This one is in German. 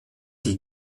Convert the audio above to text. die